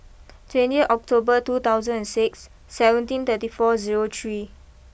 twenty October two thousand and six seventeen thirty four zero three